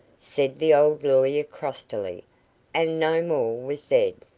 said the old lawyer, crustily and no more was said.